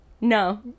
No